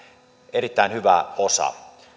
erittäin hyvä osa